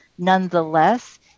Nonetheless